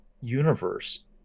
universe